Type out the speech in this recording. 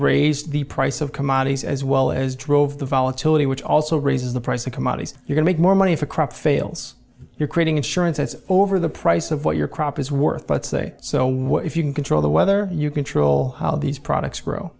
raised the price of commodities as well as drove the volatility which also raises the price of commodities you can make more money if a crop fails you're creating insurance that's over the price of what your crop is worth but say so what if you can control the weather you control these products grow